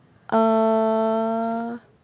err